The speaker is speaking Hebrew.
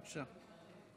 בבקשה.